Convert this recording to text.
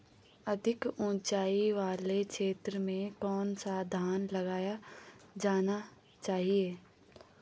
अधिक उँचाई वाले क्षेत्रों में कौन सा धान लगाया जाना चाहिए?